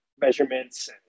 Measurements